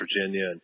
Virginia